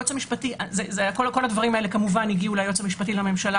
כל הדברים האלה הגיעו ליועץ המשפטי לממשלה